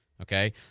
okay